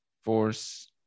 force